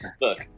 look